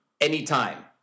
anytime